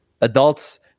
adults